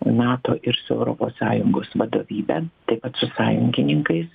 nato ir su europos sąjungos vadovybe taip pat su sąjungininkais